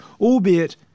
albeit